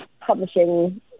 publishing